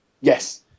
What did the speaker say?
Yes